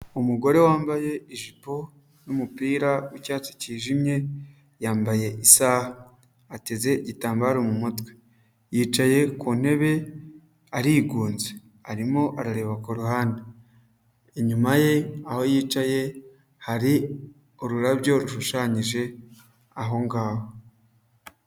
Umugore wambaye ijipo n'umupira w'icyatsi cyijimye, yambaye isaha ateze igitambaro mu mutwe, yicaye ku ntebe arigunze arimo arareba ku ruhande, inyuma ye aho yicaye hari ururabyo rushushanyije aho ngaho.